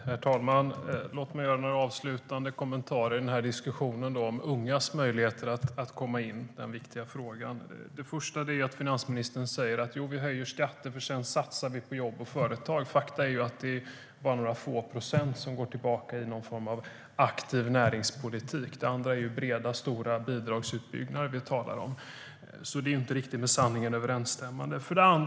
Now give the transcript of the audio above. Herr talman! Låt mig göra några avslutande kommentarer till den här diskussionen om ungas möjligheter att komma in på arbetsmarknaden. Finansministern säger att jo, vi höjer skatter för att sedan satsa på jobb och företag. Fakta är att det bara är några få procent som går tillbaka till någon form av aktiv näringspolitik. Det andra är breda, stora bidragsutbyggnader. Det är alltså inte riktigt med sanningen överensstämmande.